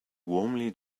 warmly